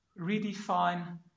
redefine